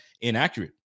inaccurate